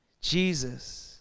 Jesus